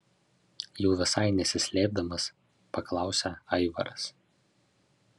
jau visai nesislėpdamas paklausia aivaras